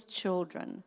children